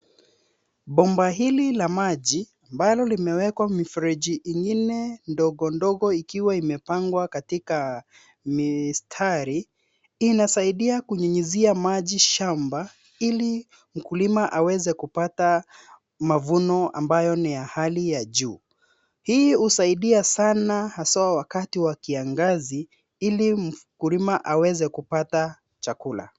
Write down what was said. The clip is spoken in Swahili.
Bomba hili la maji ambalo kimewekwa mifereji ingine ndogo ndogo ikiwa imepangwa katika mistari inasaidia kunyunyizia maji shamba ili mkulima aweze kupata mavuno ambayo ni ya hali ya juu. Hii husaidia sana haswa wakati wa kiangazi ili mkulima aweze kupata chakula.